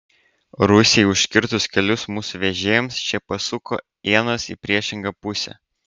rusijai užkirtus kelius mūsų vežėjams šie pasuko ienas į priešingą pusę